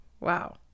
Wow